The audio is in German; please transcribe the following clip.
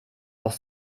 auch